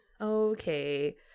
Okay